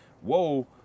whoa